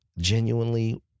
genuinely